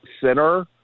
center